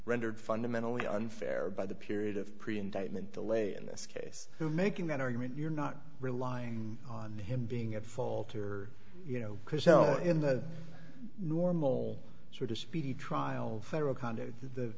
rendered fundamentally unfair by the period of pre indictment delay in this case to making that argument you're not relying on him being at fault or you know because you know in the normal sort of speedy trial federal condo the